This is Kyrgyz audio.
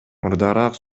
мурдараак